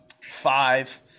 Five